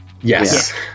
Yes